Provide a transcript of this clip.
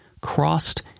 crossed